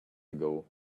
ago